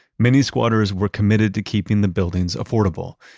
many squatters were committed to keeping the buildings affordable.